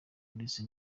ndetse